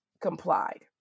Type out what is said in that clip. complied